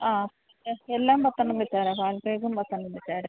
ആ എല്ലാം പത്തെണ്ണം വെച്ചേരെ പാൻ കേക്കും പത്തെണ്ണം വെച്ചേക്ക്